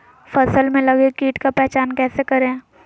फ़सल में लगे किट का पहचान कैसे करे?